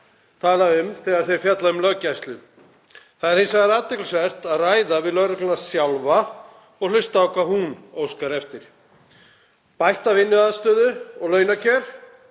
tala um þegar þeir fjalla um löggæslu. Það er hins vegar athyglisvert að ræða við lögregluna sjálfa og hlusta á hvað hún óskar eftir; bætta vinnuaðstöðu og launakjör.